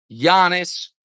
Giannis